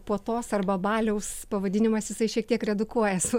puotos arba baliaus pavadinimas jisai šiek tiek redukuoja su